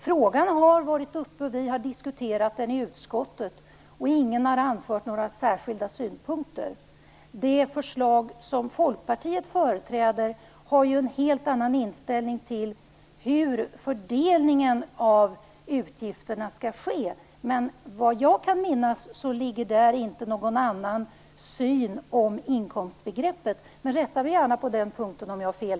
Frågan har varit uppe, och vi har diskuterat den i utskottet. Ingen har anfört några särskilda synpunkter. I det förslag som Folkpartiet företräder ger man uttryck för en helt annan inställning till hur fördelningen av utgifterna skall ske. Såvitt jag kan minnas finns där inte någon annan syn på inkomstbegreppet, men rätta mig gärna på den punkten om jag har fel,